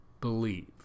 believe